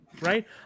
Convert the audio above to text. right